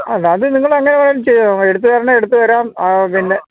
അ എന്നാല് അത് നിങ്ങളെങ്ങനെ വേണമെങ്കിലും ചെയ്തോ എടുത്തുതരണമെങ്കില് എടുത്തുതരാം പിന്നെ